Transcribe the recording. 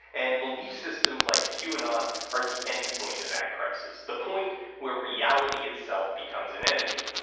and belief systems like qanon are the endpoint of that crisis, the point where reality itself becomes an enemy.